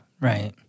right